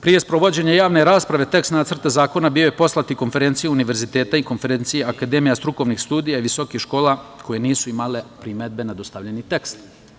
Pre sprovođenja javne rasprave, tekst Nacrta zakona bio je poslat i Konferenciji univerziteta i Konferenciji akademija strukovnih studija i visokih škola, koje nisu imale primedbe na dostavljeni tekst.